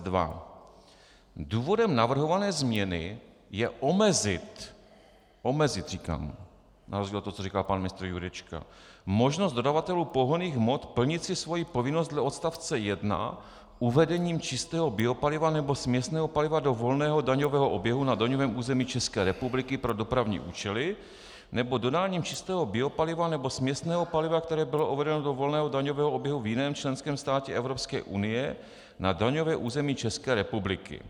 2: Důvodem navrhované změny je omezit omezit říkám, na rozdíl od toho, co říká pan ministr Jurečka možnost dodavatelů pohonných hmot plnit si svoji povinnost dle odst. 1 uvedením čistého biopaliva nebo směsného paliva do volného daňového oběhu na daňovém území České republiky pro dopravní účely nebo dodáním čistého biopaliva nebo směsného paliva, které bylo uvedeno do volného daňového oběhu v jiném členském státě Evropské unie, na daňové území České republiky.